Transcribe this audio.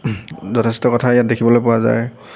যথেষ্ট কথা ইয়াত দেখিবলৈ পোৱা যায়